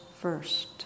first